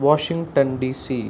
Washington DC